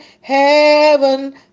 heaven